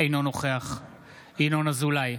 אינו נוכח ינון אזולאי,